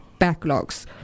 backlogs